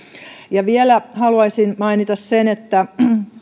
ja vielä haluaisin mainita sen että